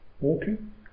walking